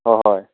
हय